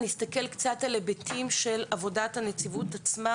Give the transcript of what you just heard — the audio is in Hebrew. נסתכל קצת על היבטים של עבודת הנציבות עצמה.